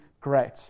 great